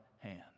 hand